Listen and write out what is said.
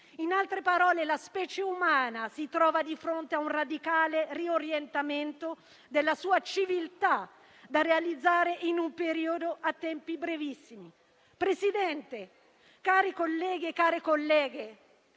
In altre parole, la specie umana si trova di fronte a un radicale riorientamento della sua civiltà, da realizzare in un periodo di tempo brevissimo. Signor Presidente, cari colleghi e care colleghe,